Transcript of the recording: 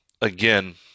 again